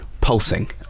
pulsing